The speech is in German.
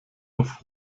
auf